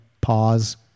pause